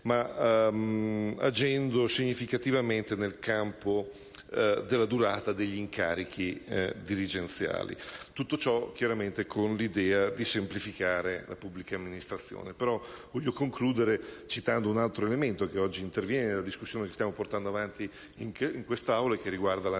ed agendo significativamente nel campo della durata degli incarichi dirigenziali. Tutto ciò, chiaramente, con l'idea di semplificare la pubblica amministrazione. Voglio concludere citando un altro elemento, che oggi anima la discussione che stiamo portando avanti in quest'Aula, ovvero il disegno